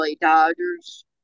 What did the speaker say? Dodgers